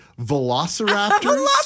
velociraptors